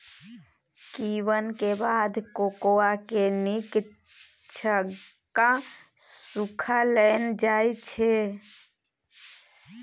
किण्वन के बाद कोकोआ के नीक जकां सुखा लेल जाइ छइ